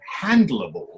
handleable